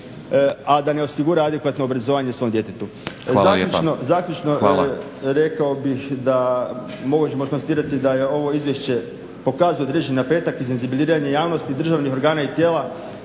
a da ne osigura adekvatno obrazovanje svom djetetu. Zaključno, rekao bih da možemo konstatirati da je ovo izvješće pokazuje određeni napredak i senzibiliziranje javnosti, državnih organa i tijela